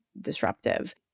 disruptive